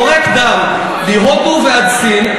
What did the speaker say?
יורק דם, מהודו ועד סין.